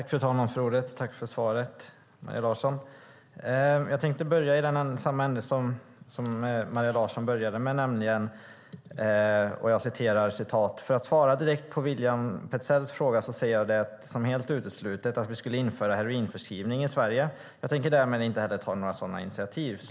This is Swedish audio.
Fru talman! Jag tackar Maria Larsson för svaret. Jag börjar i samma ände som Maria Larsson och citerar ur interpellationssvaret: "För att svara direkt på William Petzälls fråga ser jag . det som uteslutet att vi skulle införa heroinförskrivning i Sverige. Jag tänker därmed inte heller ta några sådana initiativ."